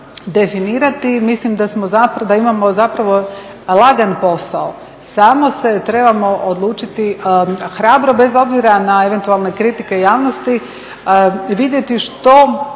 definirati i mislim da imamo zapravo lagan posao, samo se trebamo odlučiti hrabro, bez obzira na eventualne kritike javnosti vidjeti što